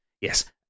yes